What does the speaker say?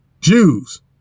Jews